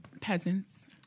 peasants